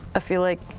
feel like